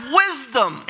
wisdom